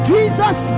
Jesus